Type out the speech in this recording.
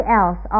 else